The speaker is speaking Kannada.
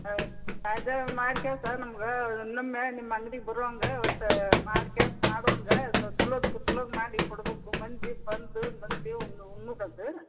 ಹಾಂ ತಾಜಾ ಮಾಡಿ ಕಳ್ಸಿ ನಮ್ಗೆ ಇನ್ನೊಮ್ಮೆ ನಿಮ್ಮ ಅಂಗ್ಡಿಗೆ ಬರೋಂಗೆ ಒಟ್ಟು ಮಾಡಿ ಕಳ್ಸ ಮಾಡೋಂಗೆ ಚಲೋದ ಚಲೋದ ಮಾಡಿ ಕೊಡ್ಬೇಕು ಮಂದಿ ಬಂದು ಮಂದಿ ಉಣ್ಣುದದ